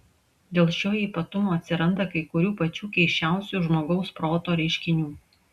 dėl šio ypatumo atsiranda kai kurių pačių keisčiausių žmogaus proto reiškinių